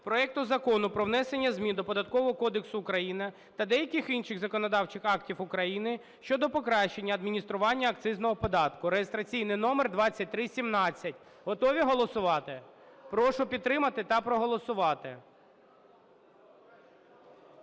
проекту Закону про внесення змін до Податкового кодексу України та деяких інших законодавчих актів України (щодо покращення адміністрування акцизного податку) (реєстраційний номер 2317). Готові голосувати? Прошу підтримати та проголосувати.